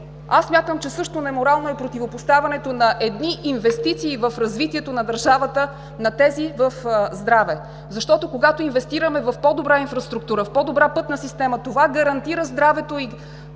Аз смятам, че също е неморално противопоставянето на едни инвестиции в развитието на държавата на тези в здравето. Защото, когато инвестираме в по-добра инфраструктура, в по-добра пътна система, това гарантира здравето и